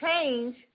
change